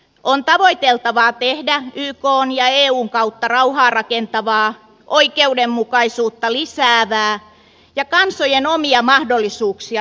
on tavoiteltavaa tehdä ykn ja eun kautta rauhaa rakentavaa oikeudenmukaisuutta lisäävää ja kansojen omia mahdollisuuksia tukevaa työtä